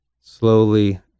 slowly